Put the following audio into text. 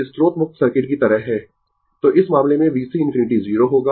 तो इस मामले में VC ∞ 0 होगा